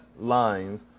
lines